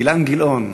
אילן גילאון.